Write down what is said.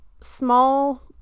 small